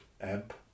amp